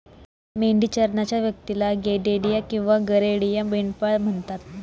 मेंढी चरणाऱ्या व्यक्तीला गडेडिया किंवा गरेडिया, मेंढपाळ म्हणतात